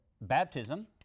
baptism